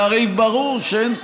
והרי ברור שאין,